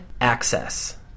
access